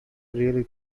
really